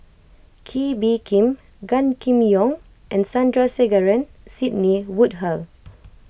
Kee Bee Khim Gan Kim Yong and Sandrasegaran Sidney Woodhull